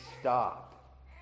stop